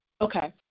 Okay